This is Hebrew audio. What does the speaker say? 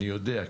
אני יודע,